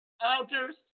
altars